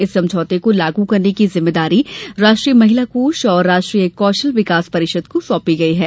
इस समझौते को लागू करने की जिम्मेदारी राष्ट्रीय महिला कोष और राष्ट्रीय कौशल विकास परिषद को सौंपी गयी है